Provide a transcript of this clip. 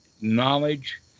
knowledge